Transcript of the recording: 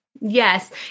Yes